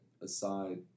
aside